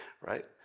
Right